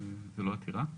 זה לא עתירה?